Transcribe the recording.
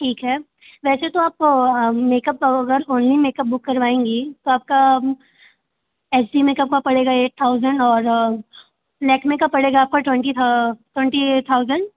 ठीक है वैसे तो आप मेकअप अगर ओनली मेकअप बुक करवाएँगी तो आपका एच डी मेकअप का पड़ेगा एट थाउज़ंड और लैक्मे का पड़ेगा आपका ट्वेंटी ट्वेंटी एट थाउज़ंड